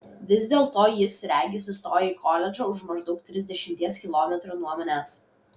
vis dėlto jis regis įstojo į koledžą už maždaug trisdešimties kilometrų nuo manęs